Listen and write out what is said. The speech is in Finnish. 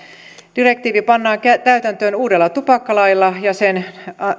direktiivi pannaan täytäntöön uudella tupakkalailla ja sen